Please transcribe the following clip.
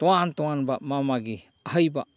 ꯇꯣꯉꯥꯟ ꯇꯣꯉꯥꯟꯕ ꯃꯥ ꯃꯥꯒꯤ ꯑꯍꯩꯕ